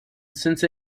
since